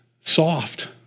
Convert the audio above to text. soft